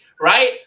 right